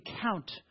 count